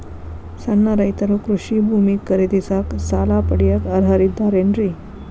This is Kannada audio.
ಸಣ್ಣ ರೈತರು ಕೃಷಿ ಭೂಮಿ ಖರೇದಿಸಾಕ, ಸಾಲ ಪಡಿಯಾಕ ಅರ್ಹರಿದ್ದಾರೇನ್ರಿ?